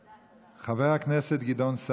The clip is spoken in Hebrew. חבר הכנסת גדעון סער, בבקשה.